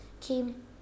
came